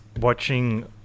watching